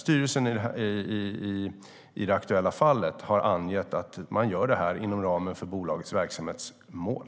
Styrelsen i det aktuella fallet har angett att man gör det här inom ramen för bolagets verksamhetsmål.